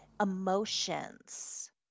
emotions